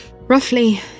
Roughly